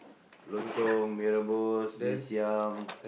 lontong mee-rebus mee-siam